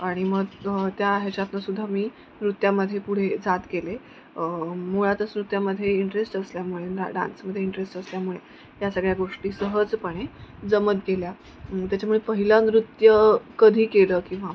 आणि मग त्या ह्याच्यातूनसुद्धा मी नृत्यामध्ये पुढे जात गेले मुळातच नृत्यामध्ये इंटरेस्ट असल्यामुळे डान्समध्ये इंटरेस्ट असल्यामुळे या सगळ्या गोष्टी सहजपणे जमत गेल्या त्याच्यामुळे पहिलं नृत्य कधी केलं किंवा